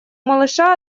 малыша